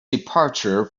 departure